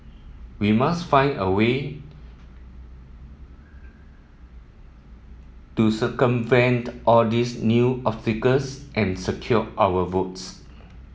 we must find a way to circumvent all these new obstacles and secure our votes